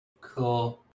Cool